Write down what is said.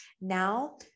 Now